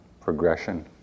progression